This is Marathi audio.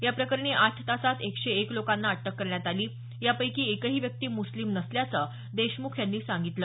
या प्रकरणी आठ तासात एकशे एक लोकांना अटक करण्यात आली यापैकी एकही व्यक्ती मुस्लिम नसल्याचं देशमुख यांनी सांगितलं